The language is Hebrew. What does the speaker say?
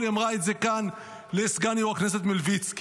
היא אמרה את זה כאן לסגן יו"ר הכנסת מלביצקי.